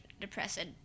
depressed